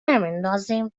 نمیندازیم